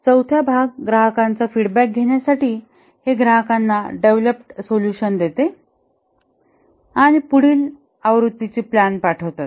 चौथ्या भाग ग्राहकांचा फीडबॅक घेण्यासाठी हे ग्राहकांना डेव्हलप्ड सोल्युशन्स देते आणि पुढील पुढील आवृत्तीची प्लॅन पाठवतात